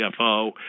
CFO